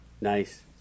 Nice